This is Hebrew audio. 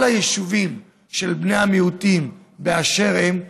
כל היישובים של בני המיעוטים באשר הם,